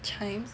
Chijmes